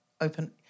open